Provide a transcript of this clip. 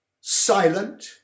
Silent